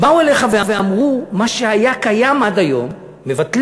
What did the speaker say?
באו אליך ואמרו: מה שהיה קיים עד היום מבטלים.